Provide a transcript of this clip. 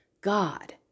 God